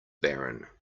barren